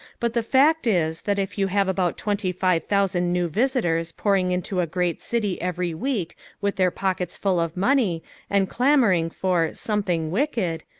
but the fact is that if you have about twenty-five thousand new visitors pouring into a great city every week with their pockets full of money and clamoring for something wicked,